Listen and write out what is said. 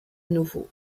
nouveau